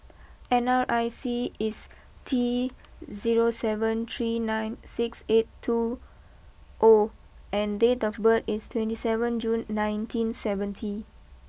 N R I C is T zero seven three nine six eight two O and date of birth is twenty seven June nineteen seventy